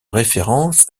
référence